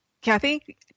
Kathy